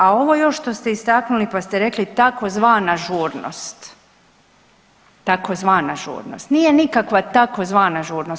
A ovo još što ste istaknuli, pa ste rekli tzv. žurnost, tzv. žurnost, nije nikakva tzv. žurnost.